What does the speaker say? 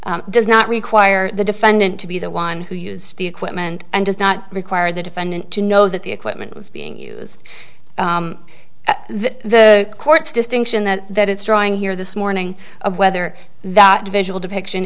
recognized does not require the defendant to be the one who used the equipment and does not require the defendant to know that the equipment was being used and that the courts distinction that that it's drawing here this morning of whether that visual depiction